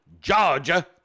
Georgia